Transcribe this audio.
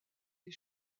les